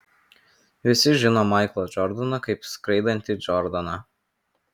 visi žino maiklą džordaną kaip skraidantį džordaną